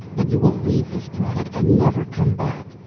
then you will leave this planet and never come back.